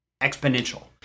exponential